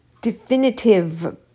definitive